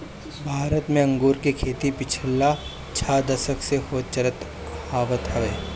भारत में अंगूर के खेती पिछला छह दशक से होत चलत आवत हवे